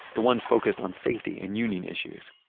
the ones focused on safety and union issues.